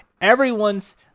everyone's